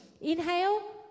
inhale